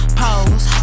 pose